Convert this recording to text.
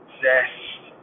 zest